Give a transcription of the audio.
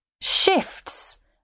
shifts